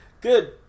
Good